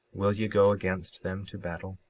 will ye go against them to battle?